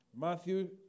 Matthew